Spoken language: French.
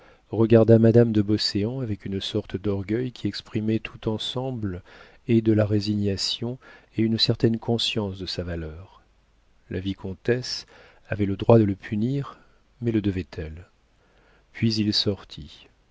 regarda madame de beauséant avec une sorte d'orgueil qui exprimait tout ensemble et de la résignation et une certaine conscience de sa valeur la vicomtesse avait le droit de le punir mais le devait-elle puis il sortit